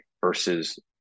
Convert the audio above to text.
versus